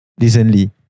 recently